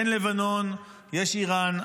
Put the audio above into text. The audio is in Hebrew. אין לבנון, יש איראן.